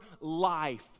life